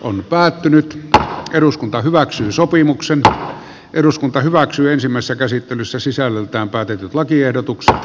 on päättynyt että eduskunta hyväksyy sopimuksen eduskunta hyväksyisimmässä käsittelyssä sisällöltään päätetyt lakiehdotuksella